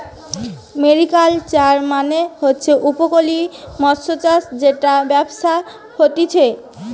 mariculture মানে হচ্ছে উপকূলীয় মৎস্যচাষ জেটার ব্যবসা হতিছে